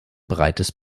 breites